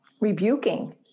rebuking